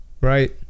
Right